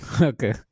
Okay